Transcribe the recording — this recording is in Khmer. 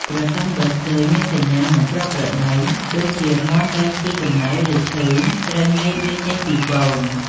ប្រសិនបើឃើញមានសញ្ញាណាមិនប្រក្រតី ដូចជាមាន់លែងស៊ីចំណី ឬឈឺ ត្រូវញែកវាចេញពីហ្វូង។